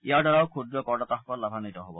ইয়াৰ দ্বাৰাও ক্ষুদ্ৰ কৰ দাতাসকল লাভান্নিত হ'ব